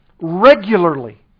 regularly